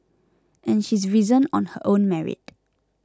and she's risen on her own merit